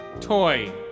Toy